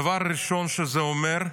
הדבר הראשון שזה אומר,